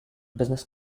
business